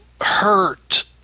hurt